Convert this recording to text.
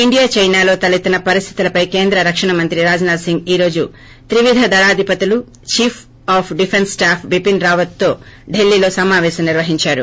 India చైనాలో తలెత్తిన పరిస్లితులపై కేంద్ర రక్షణ మంత్రి రాజ్నాథ్ సింగ్ ఈ రోజు త్రివిధ దళాధిపతులు chief of defence staff Bipin రావత్తో డిల్లీలో సమావేశం నిర్వహించారు